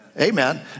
Amen